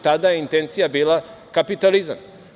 Tada je intencija bila kapitalizam.